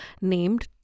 named